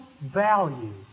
value